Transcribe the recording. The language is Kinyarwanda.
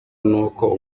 n’uko